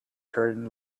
turn